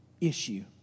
issue